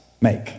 make